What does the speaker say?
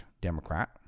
Democrat